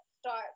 start